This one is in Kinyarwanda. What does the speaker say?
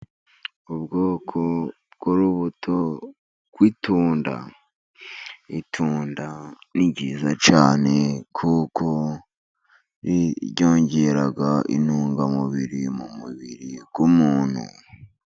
Ubwoko bw'urubuto rw'itunda, itunda ni ryiza cyane kuko ryongera intungamubiri mu mubiri w'umuntu.